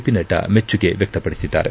P Nadda ಮೆಚ್ಚುಗೆ ವ್ಯಕ್ತಪಡಿಸಿದ್ದಾರೆ